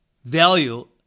value